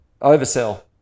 Oversell